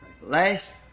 Last